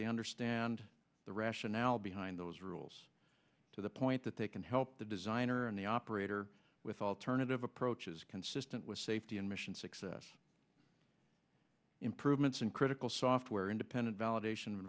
they understand the rationale behind those rules to the point that they can help the designer and the operator with alternative approaches consistent with safety and mission success improvements in critical software independent validation